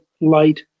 light